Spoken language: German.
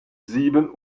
sieben